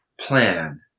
plan